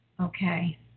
okay